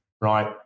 right